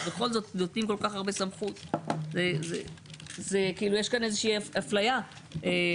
ובכל זאת נותנים כל כך הרבה סמכות ,יש כאן איזושהי אפליה לא מידתית.